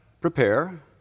Prepare